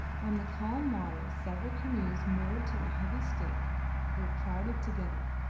on the calm water several canoes moored to a heavy stake were crowded together,